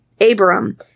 Abram